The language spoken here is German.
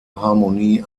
harmonie